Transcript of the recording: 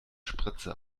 spritze